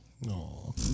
No